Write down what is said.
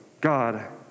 God